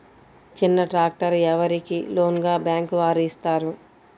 చిన్న ట్రాక్టర్ ఎవరికి లోన్గా బ్యాంక్ వారు ఇస్తారు?